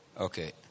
Okay